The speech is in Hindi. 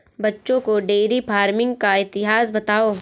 बच्चों को डेयरी फार्मिंग का इतिहास बताओ